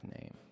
name